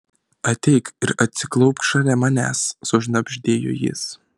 ateik ir atsiklaupk šalia manęs sušnabždėjo jis